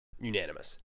unanimous